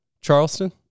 Charleston